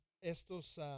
estos